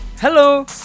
Hello